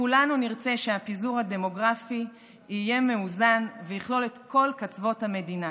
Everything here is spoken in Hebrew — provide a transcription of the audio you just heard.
כולנו נרצה שהפיזור הדמוגרפי יהיה מאוזן ויכלול את כל קצוות המדינה.